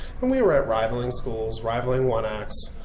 and we were at rivaling schools, rivaling one-acts.